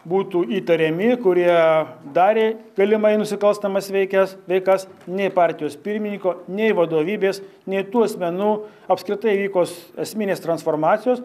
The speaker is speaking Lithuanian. būtų įtariami kurie darė galimai nusikalstamas veikias veikas nei partijos pirmininko nei vadovybės nei tų asmenų apskritai įvykos esminės transformacijos